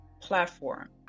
platform